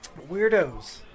weirdos